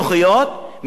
משום שלרוחם,